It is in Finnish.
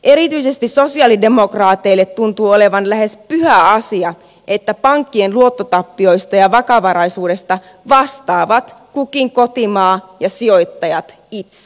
erityisesti sosialidemokraateille tuntui olevan lähes pyhä asia että pankkien luottotappioista ja vakavaraisuudesta vastaavat kukin kotimaa ja sijoittajat itse